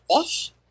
fish